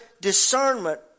discernment